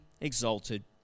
exalted